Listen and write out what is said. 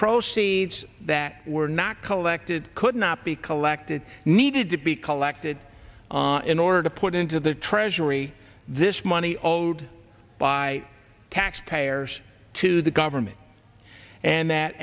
proceeds that were not collected could not be collected needed to be collected in order to put into the treasury this money owed by taxpayers to the government and that